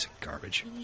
garbage